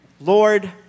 Lord